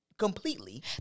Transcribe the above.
Completely